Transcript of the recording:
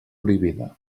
prohibida